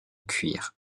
cuire